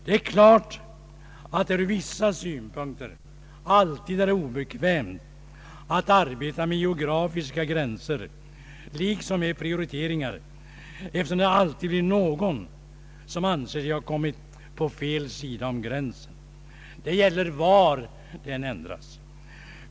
Det är klart att det ur vissa synpunkter alltid är obekvämt att arbeta med geografiska gränser liksom med prioriteringar, eftersom det alltid blir någon som anser sig ha kommit på fel sida om gränsen. Det gäller var den än dras.